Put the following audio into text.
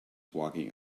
walking